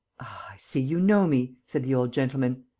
i see you know me! said the old gentleman.